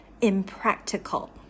impractical